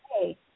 hey